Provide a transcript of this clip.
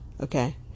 okay